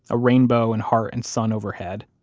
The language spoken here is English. a rainbow and heart and sun overhead.